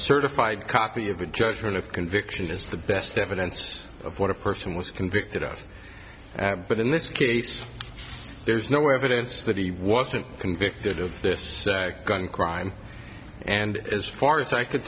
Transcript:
certified copy of the judgment of conviction is the best evidence of what a person was convicted of but in this case there's no evidence that he wasn't convicted of this gun crime and as far as i could